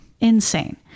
Insane